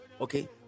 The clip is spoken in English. okay